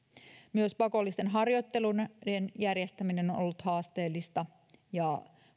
myös pakollisten harjoitteluiden järjestäminen on on ollut haasteellista ja